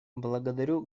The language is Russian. благодарю